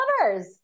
lovers